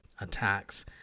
attacks